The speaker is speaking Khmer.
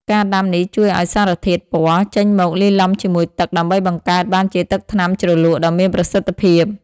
ការដាំនេះជួយឱ្យសារធាតុពណ៌ចេញមកលាយឡំជាមួយទឹកដើម្បីបង្កើតបានជាទឹកថ្នាំជ្រលក់ដ៏មានប្រសិទ្ធភាព។